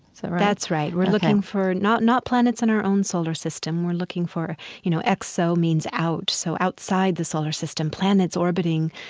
so right? that's right. we're looking for not not planets in our own solar system. we're looking for you know, exo means out, so outside the solar system, planets orbiting,